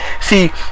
See